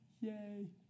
Yay